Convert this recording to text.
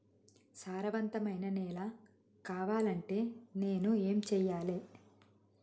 సారవంతమైన నేల కావాలంటే నేను ఏం చెయ్యాలే?